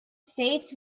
states